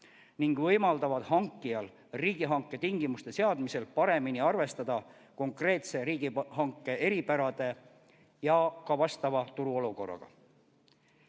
ning võimaldavad hankijal riigihanke tingimuste seadmisel paremini arvestada konkreetse riigihanke eripärade ja vastava turuolukorraga.